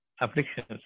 afflictions